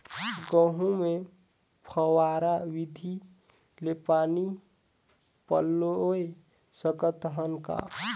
गहूं मे फव्वारा विधि ले पानी पलोय सकत हन का?